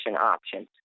options